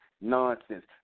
nonsense